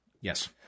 Yes